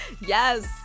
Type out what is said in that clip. Yes